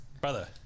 Brother